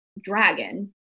dragon